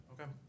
Okay